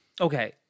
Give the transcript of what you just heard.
okay